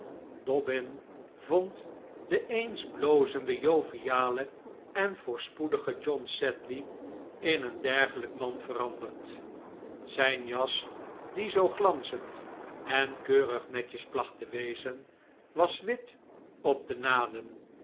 dobbin vond den eens blozenden jovialen en voorspoedigen john sedley in een dergelijk man veranderd zijn jas die zoo glanzend en keurig netjes placht te wezen was wit op de naden